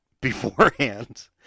beforehand